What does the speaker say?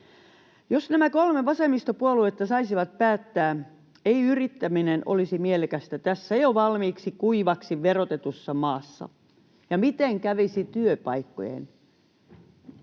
Jos nämä kolme vasemmistopuoluetta saisivat päättää, ei yrittäminen olisi mielekästä tässä jo valmiiksi kuivaksi verotetussa maassa, ja miten kävisi työpaikkojen?